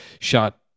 shot